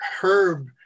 Herb